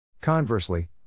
Conversely